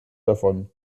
davon